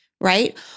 right